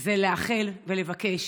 זה לאחל, ולבקש